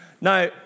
Now